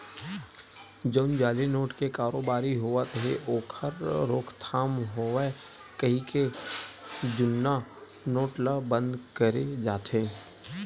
जउन जाली नोट के कारोबारी होवत हे ओखर रोकथाम होवय कहिके जुन्ना नोट ल बंद करे जाथे